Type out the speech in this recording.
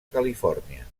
califòrnia